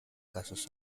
casos